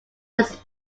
was